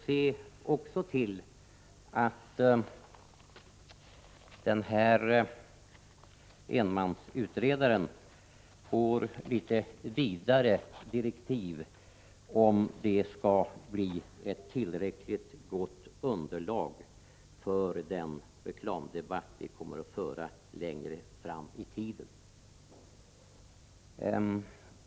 Se också till att enmansutredaren får litet vidare direktiv, för att vi skall få ett tillräckligt gott underlag för den reklamdebatt som vi kommer att föra längre fram i tiden.